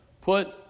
put